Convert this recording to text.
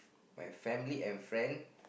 my family and friend